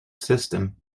system